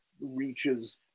reaches